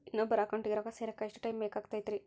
ಇನ್ನೊಬ್ಬರ ಅಕೌಂಟಿಗೆ ರೊಕ್ಕ ಸೇರಕ ಎಷ್ಟು ಟೈಮ್ ಬೇಕಾಗುತೈತಿ?